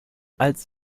als